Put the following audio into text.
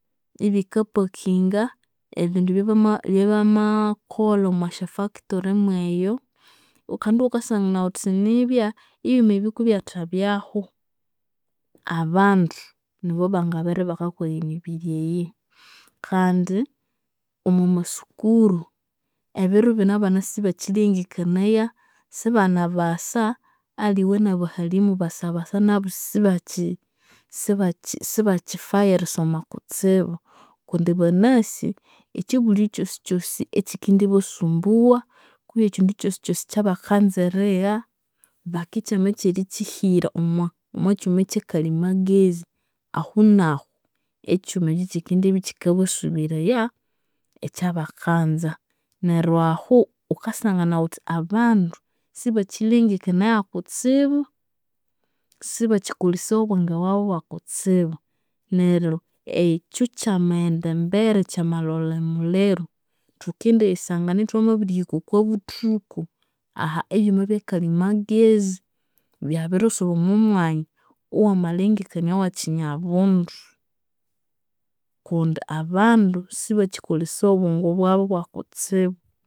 Ibika pakinga ebindu ebya ebyabamakolha omwasya factory mweyu. Kandi ighukasangana ghuthi nibya ebyuma ebi kubyathabyahu, abandu nibo bangabere ibakakolha emibiri eyi. Kandi omwamasukuru, ebiro binu abana sibakyilengekanaya, sibana basa aliwe nabahalimu basabasa nabu sibakyi sibakyi sibakyifayu erisoma kutsibu kundi banasi, ekyibulyo kyosikyosi ekyikendibasumbugha kwihi ekyindu kyosikyosi ekyabakanza erigha, bakandikyamikwakyihira omwa omwakyuma ekyakalimagezi. Ahunahu ekyuma ekyi kyikendibya ikyikabasubiraya ekyabakanza. Neryo ahunahu ghukasangana ghuthi abandu sibakyilengekanaya kutsibu, sibakyikolesaya obwenge bwabu bwakutsibu. Neryo ekyu kyamaghenda embere, kyamalholha emuliro, thukendiyisangana ithwamabirihika okwabuthuku ahebyuma ebyakalimagezi byabirisuba omomwanya owamalengekania awekyinyabundu kundi abandu sibakyikolesaya obwongo bwabyu bwakutsibu.